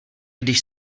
když